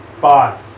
boss